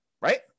right